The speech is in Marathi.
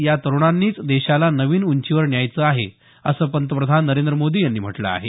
या तरुणांनीच देशाला नवीन उंचीवर न्यायचं आहे असं पंतप्रधान नरेंद्र मोदी यांनी म्हटलं आहे